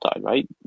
right